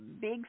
big